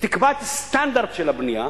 תקבע את הסטנדרט של הבנייה,